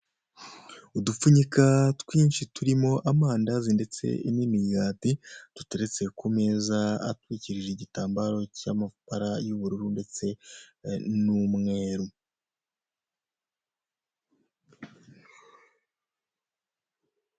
Udupfunyika twinshi turimo amandazi ndetse n'imigati, duteretse ku meza atwikirije igitambaro cy'amabara y'ubururu ndetse n'umweru.